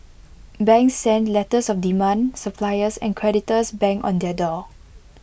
banks sent letters of demand suppliers and creditors banged on their door